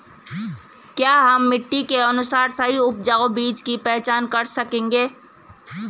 क्या हम मिट्टी के अनुसार सही उपजाऊ बीज की पहचान कर सकेंगे?